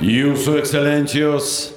jūsų ekscelencijos